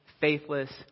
faithless